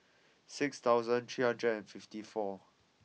six thousand three hundred fifty four